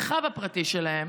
במרחב הפרטי שלהם,